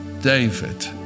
David